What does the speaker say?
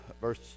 verse